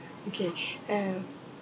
okay um